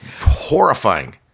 horrifying